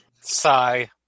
Sigh